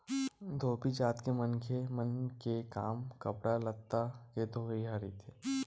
धोबी जात के मनखे मन के काम कपड़ा लत्ता के धोवई ह रहिथे